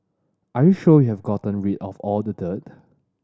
are you sure we have gotten rid of all the dirt